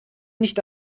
nicht